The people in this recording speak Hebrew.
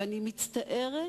אני מצטערת,